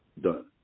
done